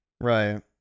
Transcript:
Right